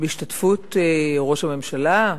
בהשתתפות ראש הממשלה,